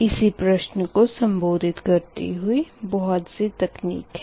इसी प्रश्न को सम्बोधित करती हुई बहुत सी तकनीक है